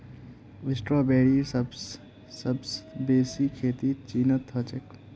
स्ट्रॉबेरीर सबस बेसी खेती चीनत ह छेक